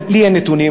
לי אין נתונים,